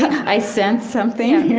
i sense something